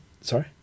sorry